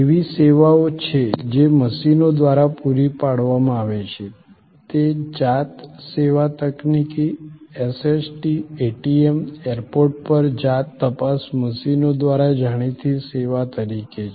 એવી સેવાઓ છે જે મશીનો દ્વારા પૂરી પાડવામાં આવે છે તે જાત સેવા તકનિકી SST ATM એરપોર્ટ પર જાત તપાસ મશીનો દ્વારા જાણીતી સેવા તરીકે છે